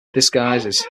disguises